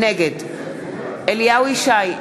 נגד אליהו ישי,